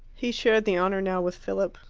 he shared the honour now with philip.